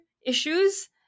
issues